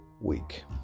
week